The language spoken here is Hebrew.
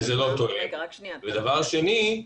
דבר שני.